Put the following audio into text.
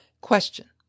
Question